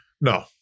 No